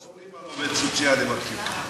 לא אומרים על עובד סוציאלי "מרכיב קטן".